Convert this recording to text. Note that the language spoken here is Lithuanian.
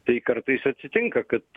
tai kartais atsitinka kad